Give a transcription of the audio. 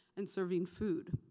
and serving food.